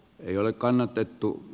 ei ole kannatettu